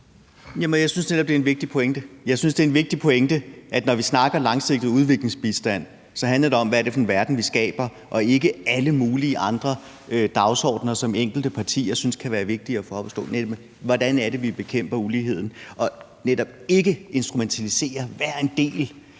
Jeg synes, det er en vigtig pointe, at når vi snakker langsigtet udviklingsbistand, handler det om, hvad det er for en verden, vi skaber, og ikke alle mulige andre dagsordener, som enkelte partier synes kan være vigtige at få op at stå, men hvordan vi bekæmper uligheden og netop ikke instrumentaliserer hver en del